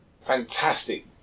fantastic